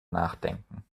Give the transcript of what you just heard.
nachdenken